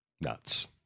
nuts